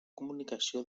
comunicació